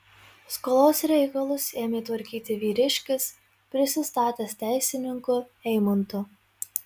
skolos reikalus ėmė tvarkyti vyriškis prisistatęs teisininku eimantu